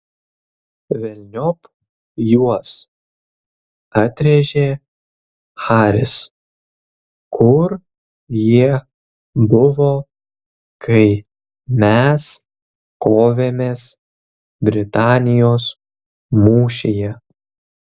velniop juos atrėžė haris kur jie buvo kai mes kovėmės britanijos mūšyje